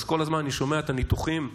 אז כל הזמן אני שומע את הניתוחים המלומדים,